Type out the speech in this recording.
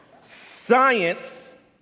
Science